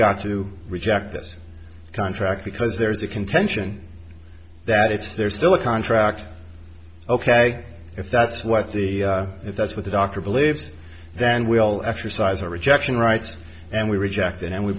got to reject this contract because there's a contention that it's there's still a contract ok if that's what the if that's what the doctor believes then we all exercise or rejection rights and we reject it and we